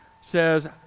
says